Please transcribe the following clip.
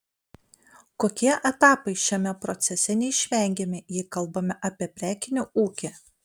kokie etapai šiame procese neišvengiami jei kalbame apie prekinį ūkį